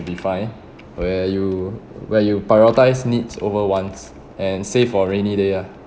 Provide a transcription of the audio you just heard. be fine where you where you prioritise needs over wants and save for a rainy day ah